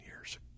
years